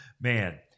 man